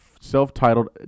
self-titled